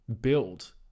build